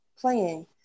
playing